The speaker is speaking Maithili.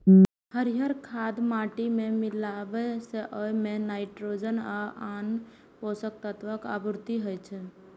हरियर खाद माटि मे मिलाबै सं ओइ मे नाइट्रोजन आ आन पोषक तत्वक आपूर्ति होइ छै